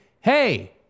hey